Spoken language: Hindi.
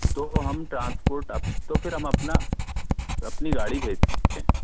तो वो हम ट्रांसपोर्ट तो फिर हम अपना तो अपनी गाड़ी भेज सकते हैं